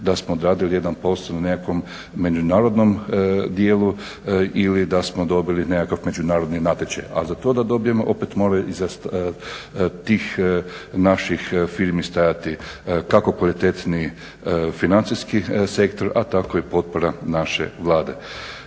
da smo odradili jedan posao na nekakvom međunarodnom dijelu ili da smo dobili nekakav međunarodni natječaj. A za to da dobijemo opet moraju …/Govornik se ne razumije./… tih naših firmi stajati kako kvalitetni financijski sektor, a tako i potpora naše Vlade.